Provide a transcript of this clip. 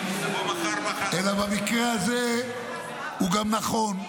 אלא במקרה הזה הוא גם נכון,